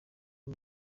ari